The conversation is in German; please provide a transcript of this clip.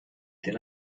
den